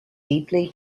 deeply